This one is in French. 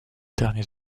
derniers